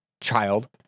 child